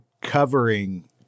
covering